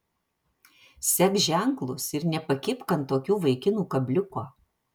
sek ženklus ir nepakibk ant tokių vaikinų kabliuko